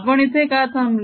आपण इथे का थांबलो